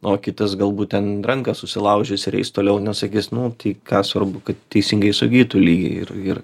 o kitas galbūt ten ranką susilaužęs ir eis toliau nes sakys nu tai ką svarbu kad teisingai sugytų lygiai ir ir